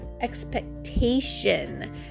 expectation